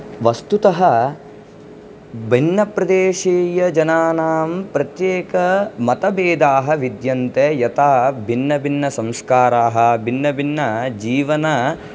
वस्तुतः भिन्नप्रदेशीयजनानां प्रत्येक मतभेदाः विद्यन्ते यथा भिन्नभिन्नसंस्काराः भिन्नभिन्नजीवन